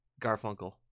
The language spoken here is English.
Garfunkel